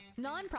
nonprofit